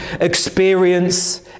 experience